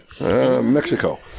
Mexico